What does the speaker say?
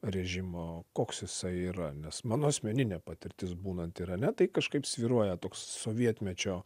režimo koks jisai yra nes mano asmeninė patirtis būnant irane tai kažkaip svyruoja toks sovietmečio